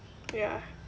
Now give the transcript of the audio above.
ya